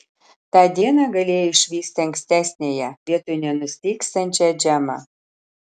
tą dieną galėjai išvysti ankstesniąją vietoj nenustygstančią džemą